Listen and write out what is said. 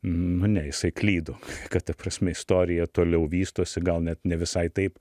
nu ne jisai klydo kad prasme istorija toliau vystosi gal net ne visai taip